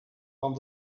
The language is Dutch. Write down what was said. van